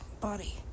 Body